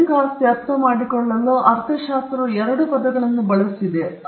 ಬೌದ್ಧಿಕ ಆಸ್ತಿ ಅರ್ಥಮಾಡಿಕೊಳ್ಳಲು ಅರ್ಥಶಾಸ್ತ್ರವು ಎರಡು ಪದಗಳನ್ನು ಬಳಸಿದೆ